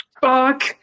Fuck